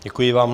Děkuji vám.